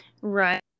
Right